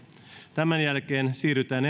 tämän jälkeen siirrytään